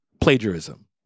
plagiarism